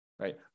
right